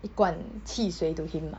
一罐汽水 to him ah